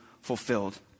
fulfilled